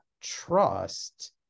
trust